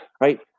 right